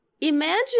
Imagine